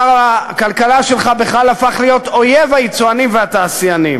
שר הכלכלה שלך בכלל הפך להיות אויב היצואנים והתעשיינים.